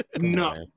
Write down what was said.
No